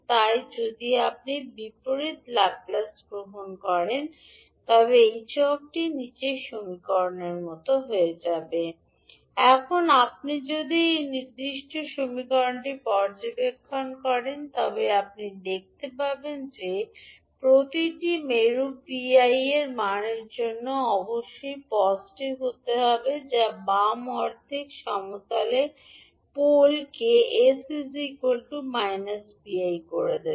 তাই যদি আপনি বিপরীত ল্যাপ্লেস রূপান্তর গ্রহণ করেন ℎ𝑡 𝑘1𝑒−𝑝1𝑡 𝑘2𝑒−𝑝2𝑡 ⋯ 𝑘𝑛𝑒−𝑝𝑛𝑡 এখন আপনি যদি এই নির্দিষ্ট সমীকরণটি পর্যবেক্ষণ করেন আপনি দেখতে পাবেন যে প্রতিটি মেরুর 𝑝𝑖 এর মান অবশ্যই পজিটিভ হতে হবে যা বাম অর্ধেক সমতলে পোলকে 𝑠 −𝑝𝑖 করে দেবে